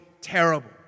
terrible